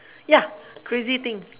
ya crazy thing